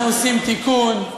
אנחנו עושים תיקון.